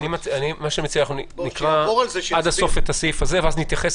אני מציע שנקרא את הסעיף הזה עד סופו,